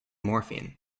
morphine